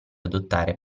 adottare